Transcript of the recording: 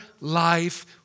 life